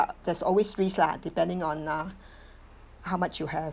there's always risk lah depending on uh how much you have